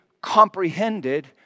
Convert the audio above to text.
comprehended